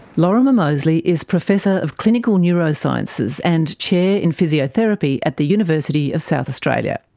lorimer moseley is professor of clinical neurosciences and chair in physiotherapy at the university of south australia.